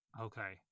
Okay